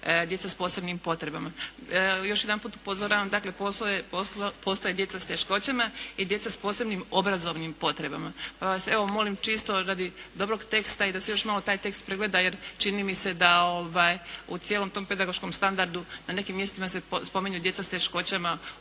djeca s posebnim potrebama. Još jednom upozoravam postoje djeca sa teškoćama i djeca s posebnim obrazovnim potrebama. Pa vas evo molim čisto radi dobrog teksta i da se još malo taj tekst pregleda jer čini mi se da u cijelom tom pedagoškom standardu na nekim mjestima se spominju djeca s teškoćama